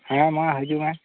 ᱦᱮᱸ ᱢᱟ ᱦᱤᱡᱩᱜ ᱢᱮ